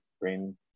brain